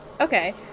Okay